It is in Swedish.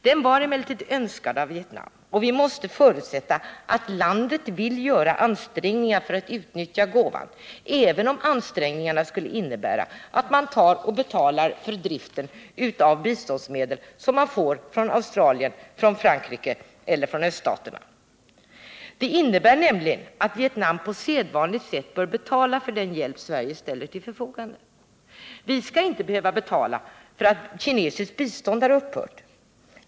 Den var emellertid önskad av Vietnam, och vi måste förutsätta att landet vill göra ansträngningar för att utnyttja gåvan, även om ansträngningarna skulle innebära att man tar och betalar för driften av de biståndsmedel man får från Australien, Frankrike eller öststaterna. Det innebär nämligen att Vietnam på sedvanligt sätt får betala för den hjälp Sverige ställer till förfogande. Vi skall inte behöva betala för att kinesiskt bistånd har upphört.